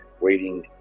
waiting